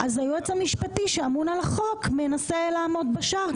אז היועץ המשפטי שאמון על החוק מנסה לעמוד בשער,